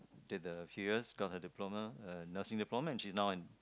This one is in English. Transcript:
did the three years got her diploma uh nursing diploma and she's now an